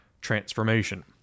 transformation